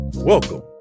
Welcome